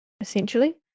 essentially